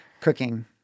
Cooking